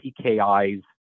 PKIs